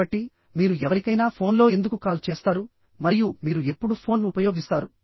కాబట్టి మీరు ఎవరికైనా ఫోన్లో ఎందుకు కాల్ చేస్తారు మరియు మీరు ఎప్పుడు ఫోన్ ఉపయోగిస్తారు